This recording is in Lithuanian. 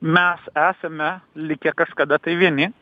mes esame likę kažkada tai vieni